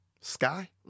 Sky